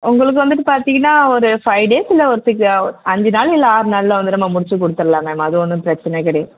உங்களுக்கு வந்துவிட்டு பார்த்தீங்கன்னா ஒரு ஃவைவ் டேஸ் இல்லை ஒரு சிக்ஸ் அஞ்சு நாள் இல்லை ஆறு நாளில் வந்து நம்ப முடிச்சி கொடுத்துர்லாம் மேம் அது ஒன்றும் பிரச்சனை கிடை